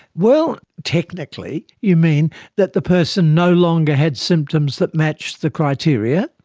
well, technically you mean that the person no longer had symptoms that matched the criteria,